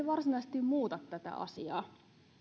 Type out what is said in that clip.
varsinaisesti muuta tätä asiaa